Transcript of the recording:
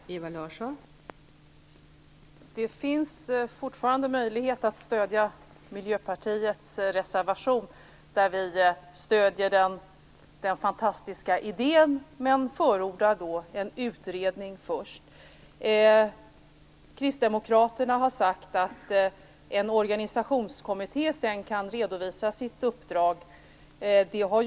Fru talman! Det finns fortfarande möjlighet att stödja Miljöpartiets reservation. I den stöder Miljöpartiet den fantastiska idén, men förordar en utredning först. Kristdemokraterna har sagt att en organisationskommitté kan redovisa sitt uppdrag sedan.